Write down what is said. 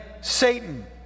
Satan